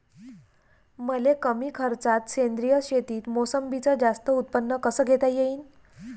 मले कमी खर्चात सेंद्रीय शेतीत मोसंबीचं जास्त उत्पन्न कस घेता येईन?